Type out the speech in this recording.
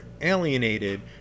alienated